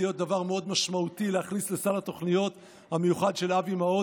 דבר מאוד משמעותי להכניס לסל התוכניות המיוחד של אבי מעוז,